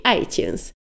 iTunes